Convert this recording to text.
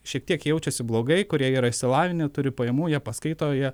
šiek tiek jaučiasi blogai kurie yra išsilavinę turi pajamų jie paskaito jie